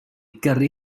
gyrru